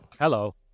Hello